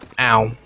Ow